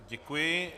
Děkuji.